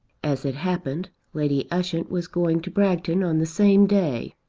as it happened, lady ushant was going to bragton on the same day,